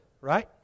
right